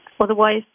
Otherwise